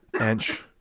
inch